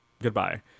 Goodbye